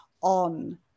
on